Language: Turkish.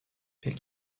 pek